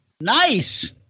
Nice